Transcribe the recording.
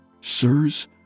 sirs